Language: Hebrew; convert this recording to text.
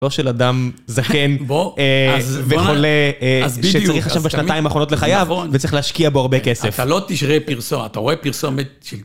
לא של אדם זקן וחולה שצריך עכשיו בשנתיים האחרונות לחייו וצריך להשקיע בו הרבה כסף. אתה לא תשרה פרסומ, אתה רואה פרסומת ...